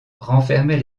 renfermait